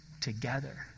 together